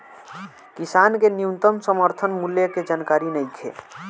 किसान के न्यूनतम समर्थन मूल्य के जानकारी नईखे